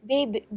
Babe